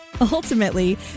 Ultimately